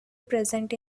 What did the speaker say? present